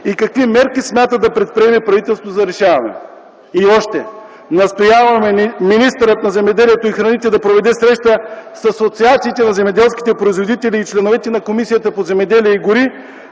и какви мерки смята да предприеме правителството за решаването им. И още, настояваме министърът на земеделието и храните да проведе среща с асоциациите на земеделските производители и членовете на Комисията по земеделието и горите,